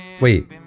Wait